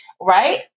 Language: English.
Right